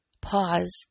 pause